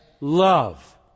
love